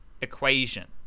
equation